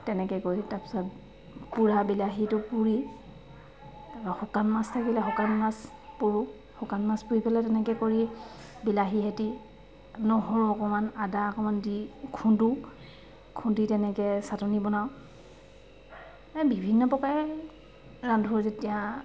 তেনেকৈ কৰি তাৰ পিছত পুৰা বিলাহীটো পুৰি তাৰ পৰা শুকান মাছ থাকিলে শুকান মাছ পুৰোঁ শুকান মাছ পুৰি পেলাই তেনেকৈ কৰি বিলাহী সেতি নহৰু অকণমান আদা অকণমান দি খোন্দো খুন্দি তেনেকৈ ছাটনী বনাওঁ এই বিভিন্ন প্ৰকাৰে ৰান্ধি যেতিয়া